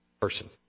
person